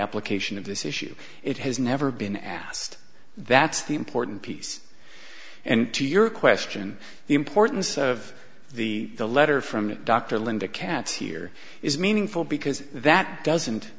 application of this issue it has never been asked that's the important piece and to your question the importance of the the letter from dr linda catch here is meaningful because that doesn't